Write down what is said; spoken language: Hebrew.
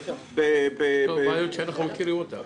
אלו בעיות שאנחנו מכירים אותן.